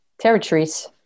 territories